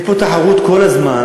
יש פה תחרות כל הזמן.